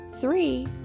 three